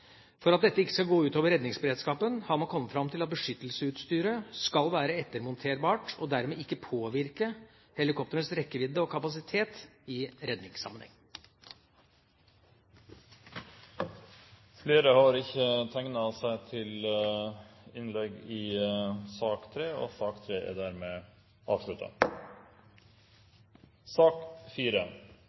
For at dette ikke skal gå ut over redningsberedskapen, har man kommet fram til at beskyttelsesutstyret skal være ettermonterbart og dermed ikke påvirke helikoptrenes rekkevidde og kapasitet i redningssammenheng. Flere har ikke bedt om ordet til sak nr. 3. Etter ønske fra justiskomiteen vil presidenten foreslå at taletiden begrenses til 40 minutter og